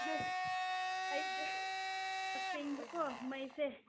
ꯑꯗꯨ ꯑꯩꯗꯨ ꯇꯁꯦꯡꯕꯀꯣ ꯃꯩꯁꯦ